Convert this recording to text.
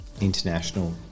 international